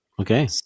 okay